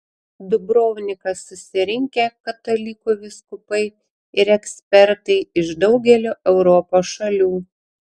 dubrovniką susirinkę katalikų vyskupai ir ekspertai iš daugelio europos šalių